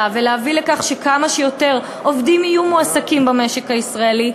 ולהביא לכך שכמה שיותר עובדים יהיו מועסקים במשק הישראלי,